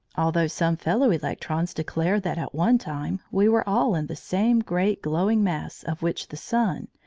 although some fellow-electrons declare that at one time we were all in the same great glowing mass of which the sun,